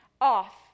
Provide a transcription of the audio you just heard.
off